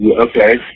Okay